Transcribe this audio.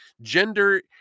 gender